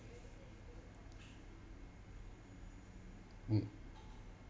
mm